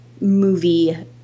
movie